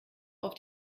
auf